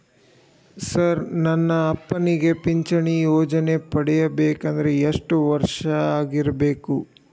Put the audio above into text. Sir ನನ್ನ ಅಪ್ಪನಿಗೆ ಪಿಂಚಿಣಿ ಯೋಜನೆ ಪಡೆಯಬೇಕಂದ್ರೆ ಎಷ್ಟು ವರ್ಷಾಗಿರಬೇಕ್ರಿ?